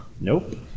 Nope